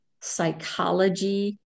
psychology